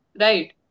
right